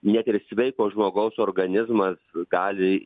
net ir sveiko žmogaus organizmas gali